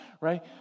right